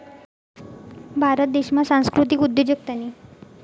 भारत देशमा सांस्कृतिक उद्योजकतानी